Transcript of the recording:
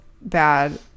bad